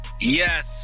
Yes